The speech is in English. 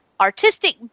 artistic